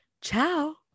Ciao